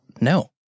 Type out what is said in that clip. no